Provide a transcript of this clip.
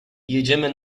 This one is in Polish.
jedziemy